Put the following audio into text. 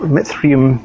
Mithrium